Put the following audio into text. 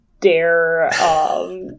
dare